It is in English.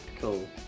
Cool